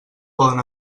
poden